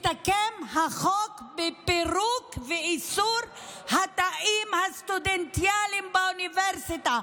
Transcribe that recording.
החוק מסתכם בפירוק ואיסור התאים הסטודנטיאליים באוניברסיטה,